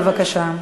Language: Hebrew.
בבקשה.